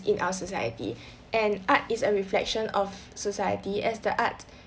in our society and art is a reflection of society as the art